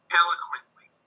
eloquently